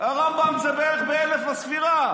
הרמב"ם זה בערך ב-1000 לספירה,